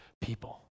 people